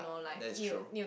that is true